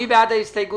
מי בעד ההסתייגות?